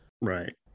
Right